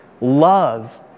love